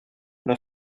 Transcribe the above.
mon